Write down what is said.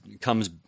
comes